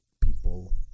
people